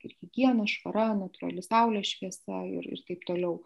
ir higiena švara natūrali saulės šviesa ir ir taip toliau